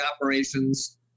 operations